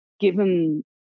given